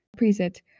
preset